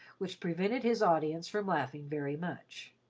which prevented his audience from laughing very much.